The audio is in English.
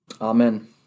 Amen